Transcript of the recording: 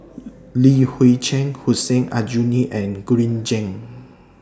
Li Hui Cheng Hussein Aljunied and Green Zeng